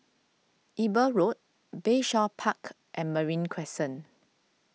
Eber Road Bayshore Park and Marine Crescent